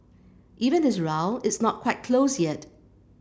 even this round it's not quite closed yet